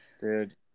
Dude